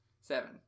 Seven